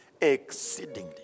exceedingly